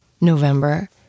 November